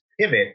pivot